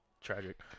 tragic